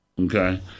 Okay